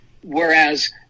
whereas